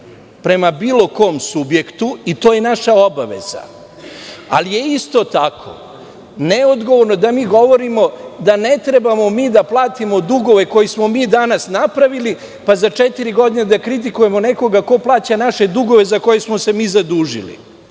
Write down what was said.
prema bilo kom subjektu. To je naša obaveza. Ali, isto tako, neodgovorno je da mi govorimo da ne trebamo mi da platimo dugove koje smo danas napravili, pa za četiri godine da kritikujemo nekoga ko plaća naše dugove za koje smo se mi zadužili.